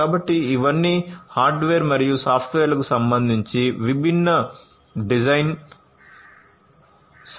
కాబట్టి ఇవన్నీ హార్డ్వేర్ మరియు సాఫ్ట్వేర్లకు సంబంధించి విభిన్న డిజైన్ సవాళ్లు